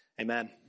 Amen